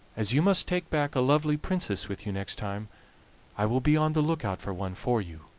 as you must take back a lovely princess with you next time i will be on the look-out for one for you.